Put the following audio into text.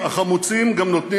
נא לצאת